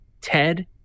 Ted